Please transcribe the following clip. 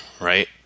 right